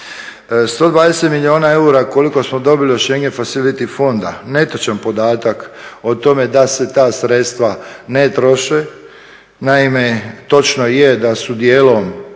120 milijuna eura koliko smo dobili od … fonda, netočan podatak o tome da se ta sredstva ne troše. Naime, točno je da su dijelom